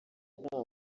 nta